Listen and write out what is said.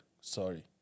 Sorry